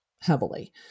heavily